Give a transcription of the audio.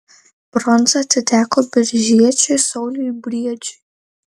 bronza atiteko biržiečiui sauliui briedžiui